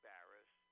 Barris